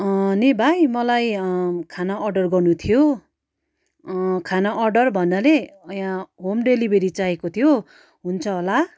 नि भाइ मलाई खाना अर्डर गर्नु थियो खाना अर्डर भन्नाले यहाँ होम डेलिभरी चाहिएको थियो हुन्छ होला